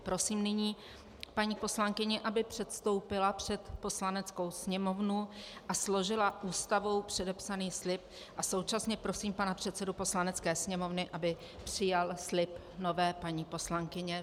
Prosím nyní paní poslankyni, aby předstoupila před Poslaneckou sněmovnu a složila Ústavou předepsaný slib, a současně prosím pana předsedu Poslanecké sněmovny, aby přijal slib nové paní poslankyně.